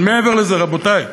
אבל מעבר לזה, רבותי,